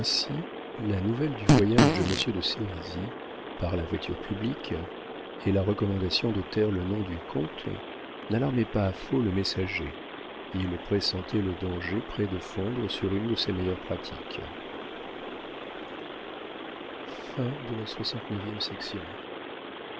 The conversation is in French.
la nouvelle du voyage de monsieur de sérisy par la voiture publique et la recommandation de taire le nom du comte n'alarmaient pas à faux le messager il pressentait le danger près de fondre sur une de ses meilleures pratiques